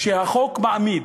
שהחוק מעמיד,